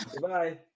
Goodbye